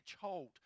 hold